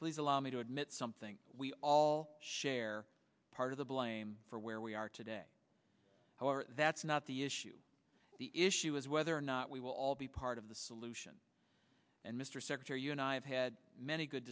please allow me to admit something we all share part of the blame for where we are today however that's not the issue the issue is whether or not we will all be part of the solution and mr secretary you and i have had many good